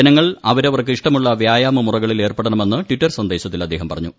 ജനങ്ങൾ അവരവർക്ക് ഇഷ്ടമുള്ള വ്യായാമ മുറകളിൽ ഏർപ്പെടണമെന്ന് ടിറ്റർ സന്ദേശത്തിൽ അദ്ദേഹം പറഞ്ഞു